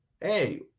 hey